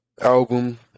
album